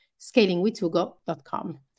ScalingWithUgo.com